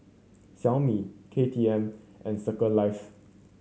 Xiaomi K T M and Circle Life